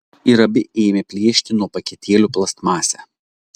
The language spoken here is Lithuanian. ir abi ėmė plėšti nuo paketėlių plastmasę